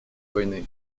войны